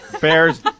Bears